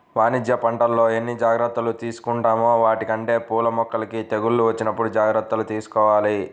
వాణిజ్య పంటల్లో ఎన్ని జాగర్తలు తీసుకుంటామో వాటికంటే పూల మొక్కలకి తెగుళ్ళు వచ్చినప్పుడు జాగర్తలు తీసుకోవాల